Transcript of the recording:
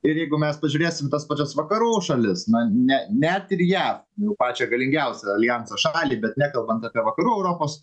ir jeigu mes pažiūrėsim tas pačias vakarų šalis na ne net ir jav jau pačią galingiausią aljanso šalį bet nekalbant apie vakarų europos